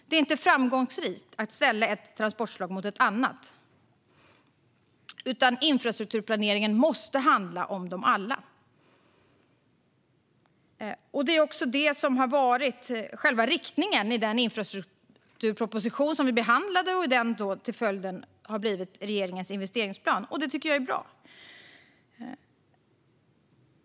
Det är inte framgångsrikt att ställa ett transportslag mot ett annat, utan infrastrukturplaneringen måste handla om dem alla. Det är också det som har varit själva riktningen i den infrastrukturproposition som vi behandlade och som blivit regeringens investeringsplan. Det tycker jag är bra.